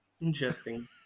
Interesting